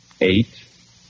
eight